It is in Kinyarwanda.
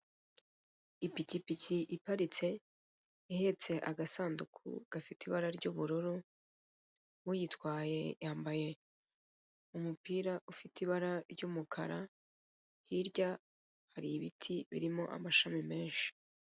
Ipikipiki iparitse ihetse agasanduku gafite ibara ry'ubururu, uyitwaye yambaye umupira ufite ibara ry'umukara, hirya hari ibiti birimo amashami menshi.